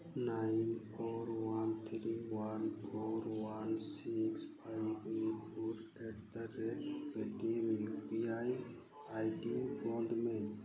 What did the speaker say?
nine four one three one four one six five eight four hundred Paytm U P I ID ᱵᱚᱱᱫᱷ ᱢᱮ